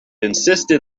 insisted